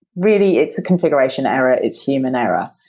really, it's a configuration error, it's human error.